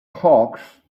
hawks